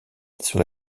sur